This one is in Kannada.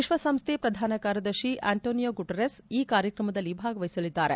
ವಿಶ್ವಸಂಸ್ಥೆಯ ಪ್ರಧಾನ ಕಾರ್ಯದರ್ಶಿ ಆಂಟೋನಿಯೋ ಗುಟಿರರ್ಸ್ ಈ ಕಾರ್ಯಕ್ರಮದಲ್ಲಿ ಭಾಗವಹಿಸಲಿದ್ದಾರೆ